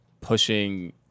pushing